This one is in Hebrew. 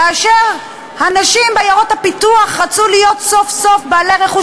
כאשר אנשים בעיירות הפיתוח רצו להיות סוף-סוף בעלי רכוש,